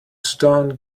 stone